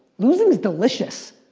losing's delicious.